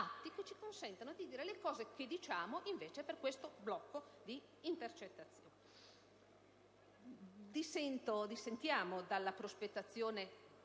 Grazie,